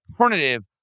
alternative